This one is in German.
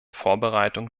vorbereitung